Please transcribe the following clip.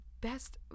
best